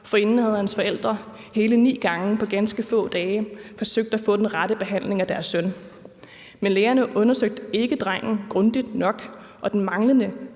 Forinden havde hans forældre hele ni gange på ganske få dage forsøgt at få den rette behandling af deres søn, men lægerne undersøgte ikke drengen grundigt nok, og den manglende